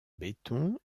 béton